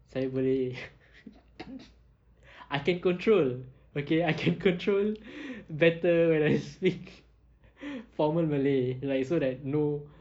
saya boleh I can control okay I can control better when I speak formal malay like so that no